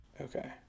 Okay